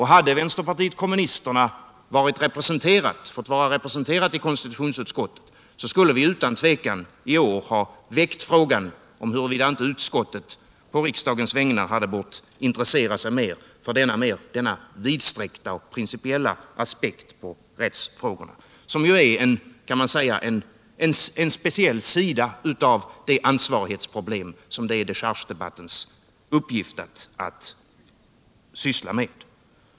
Hade vänsterpartiet kommunisterna fått vara representerat i konstitutionsutskottet skulle vi utan tvivel i år ha väckt frågan huruvida inte utskottet på riksdagens vägnar hade bort intressera sig mer för denna vidsträckta och principiella aspekt på rättsfrågorna, som ju är en speciell sida av det ansvarighetsproblem som det är dechargedebattens uppgift att syssla med.